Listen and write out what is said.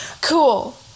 cool